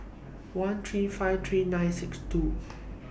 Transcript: one three five three nine six two